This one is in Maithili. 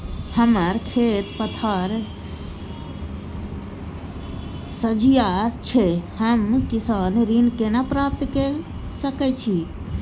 हमर खेत पथार सझिया छै हम किसान ऋण केना प्राप्त के सकै छी?